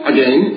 Again